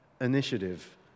initiative